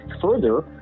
further